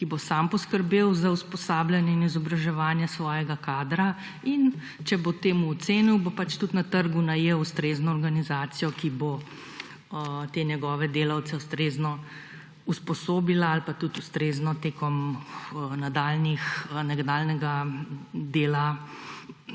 ki bo sam poskrbel za usposabljanje in izobraževanje svojega kadra, in če bo tako ocenil, bo pač na trgu najel ustrezno organizacijo, ki bo njegove delavce ustrezno usposobila ali tekom nadaljnjega dela